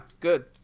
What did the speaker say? good